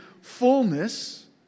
fullness